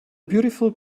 beautiful